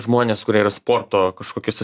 žmonės kurie yra sporto kažkokiose